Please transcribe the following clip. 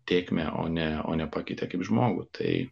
tėkmę o ne o nepakeitė kaip žmogų tai